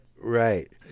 Right